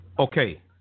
Okay